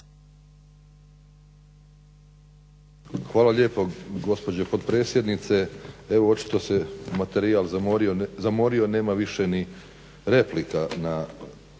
Hvala lijepo gospođo potpredsjednice. Evo očito se materijal zamorio nema više ni replika na